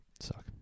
Suck